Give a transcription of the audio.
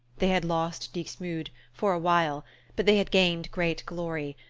they had lost dixmude for a while but they had gained great glory,